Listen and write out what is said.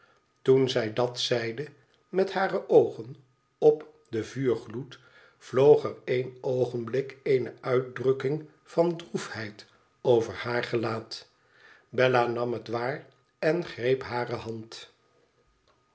toen zij dat zeide met hare oogen op den vuurgloed vloog er één oogenblik eene uitdrukking van droefheid over haar gelaat bella nam het waar en greep hare hand